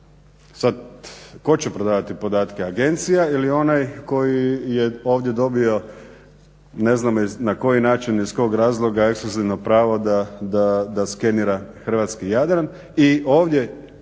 Sada tko će prodavati podatke? Agencija ili onaj koji je ovdje dobio ne znam na koji način iz kog razloga ekskluzivno pravo da skenira hrvatski Jadran i ovdje